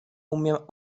umiem